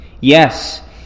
Yes